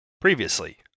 Previously